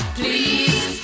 please